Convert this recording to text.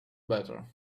better